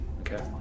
Okay